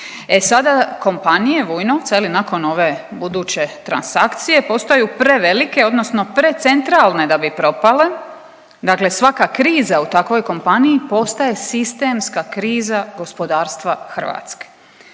sada kompanije Vujnovca, je li, nakon ove buduće transakcije postaju prevelike odnosno precentralne da bi propale, dakle svaka kriza u takvoj kompaniji postaje sistemska kriza gospodarstva Hrvatske.